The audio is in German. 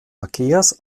verkehrs